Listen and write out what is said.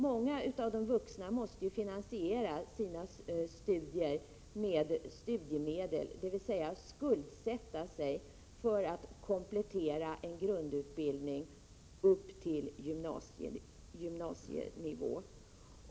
Många av de vuxna måste ju finansiera sina studier med studiemedel, dvs. skuldsätta sig för att komplettera en grundutbildning upp till gymnasienivå.